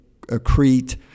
accrete